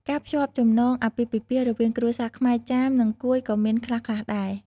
ការភ្ជាប់ចំណងអាពាហ៍ពិពាហ៍រវាងគ្រួសារខ្មែរ ចាម និងកួយក៏មានខ្លះៗដែរ។